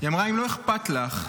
היא אמרה: "אם לא אכפת לך,